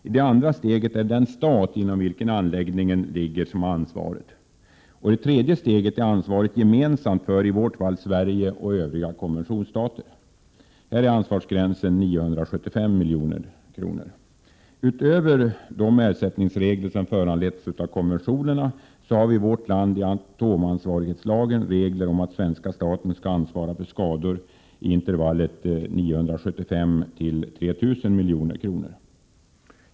I det andra steget är det den stat inom vilken anläggningen ligger som har ansvaret. I det tredje steget är ansvaret gemensamt för konventionsstaterna. Här är ansvarsgränsen 975 milj.kr. Utöver de ersättningsregler som föranletts av konventionerna har vi i vårt land i atomansvarighetslagen regler om att svenska staten skall ansvara för skador i intervallet 975-3 000 milj.kr.